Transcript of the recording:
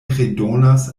redonas